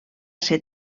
ser